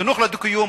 חינוך לדו-קיום,